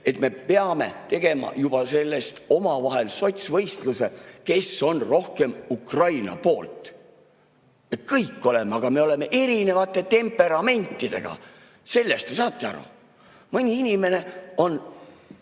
Me peame juba tegema omavahel sotsvõistluse, kes on rohkem Ukraina poolt. Me kõik oleme. Aga me oleme erinevate temperamentidega, sellest te saate aru? Mõni inimene on